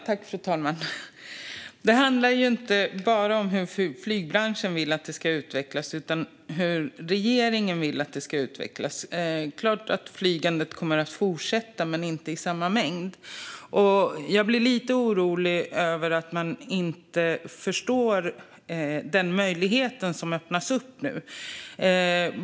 Fru talman! Det handlar ju inte bara om hur flygbranschen vill att det ska utvecklas utan också om hur regeringen vill att det ska utvecklas. Det är klart att flygandet kommer att fortsätta, men inte i samma mängd. Jag blir lite orolig över att man inte förstår den möjlighet som öppnas upp nu.